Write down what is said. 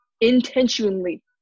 intentionally